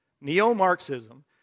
neo-Marxism